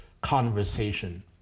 conversation